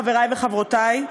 חברי וחברותי,